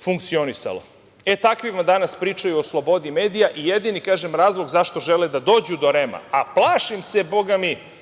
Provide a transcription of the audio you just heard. funkcionisalo. E takvima danas pričaju o slobodi medija i jedini razlog zašto žele da dođu do REM-a plašim se bogami